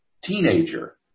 teenager